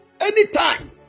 Anytime